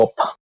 up